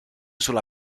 sulla